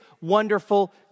wonderful